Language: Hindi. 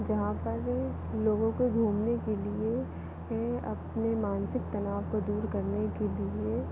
जहाँ पर लोगों को घूमने के लिए अपने मानसिक तनाव को दूर करने के लिए